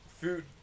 food